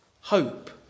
hope